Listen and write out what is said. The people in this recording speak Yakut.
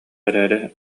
эрээри